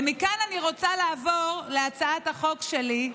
ומכאן אני רוצה לעבור להצעת החוק שלי,